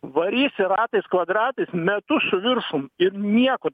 varysi ratais kvadratais metus su viršum ir nieko